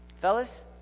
Fellas